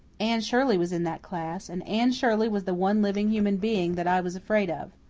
anne shirley was in that class and anne shirley was the one living human being that i was afraid of.